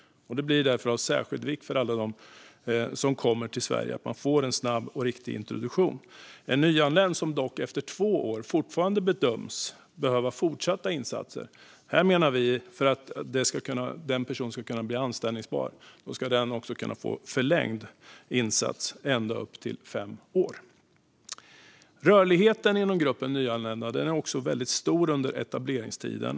Det blir därför av särskild vikt för alla som kommer till Sverige att de får en snabb och riktig introduktion. En nyanländ som efter två år bedöms behöva fortsatta insatser för att kunna bli anställbar ska kunna få insatsen förlängd ända upp till fem år. Rörligheten inom gruppen nyanlända är väldigt stor under etableringstiden.